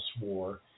War